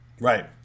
Right